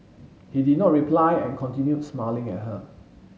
he did not reply and continued smiling at her